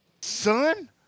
Son